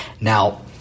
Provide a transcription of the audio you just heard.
Now